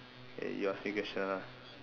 eh you ask me question ah